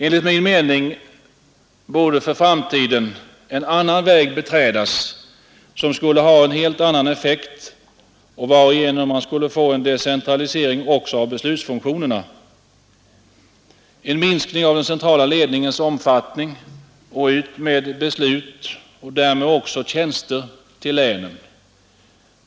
Enligt min mening borde för framtiden en annan väg beträdas, som skulle ha en helt annan effekt och varigenom man skulle få en decentralisering också av beslutsfunktionerna: en minskning av den centrala ledningens omfattning, ut med beslut och därmed också tjänster till länen.